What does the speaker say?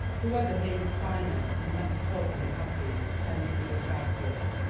the weather here was finer and less cold than it had been ten degrees southwards.